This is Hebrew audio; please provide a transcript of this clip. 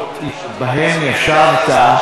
שבהן ישבת,